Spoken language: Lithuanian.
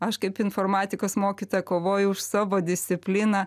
aš kaip informatikos mokytoja kovoju už savo discipliną